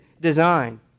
design